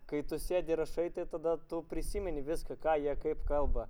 kai tu sėdi rašai tai tada tu prisimeni viską ką jie kaip kalba